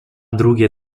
drugie